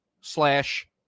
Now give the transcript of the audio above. slash